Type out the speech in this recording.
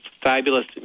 fabulous